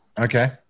Okay